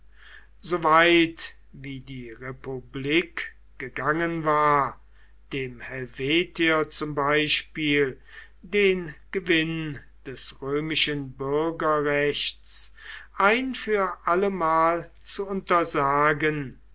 wie die republik gegangen war dem helvetier zum beispiel den gewinn des römischen bürgerrechts ein für allemal zu untersagen